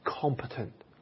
competent